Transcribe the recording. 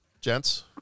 gents